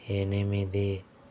ఎనిమిది